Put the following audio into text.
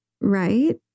Right